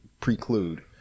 preclude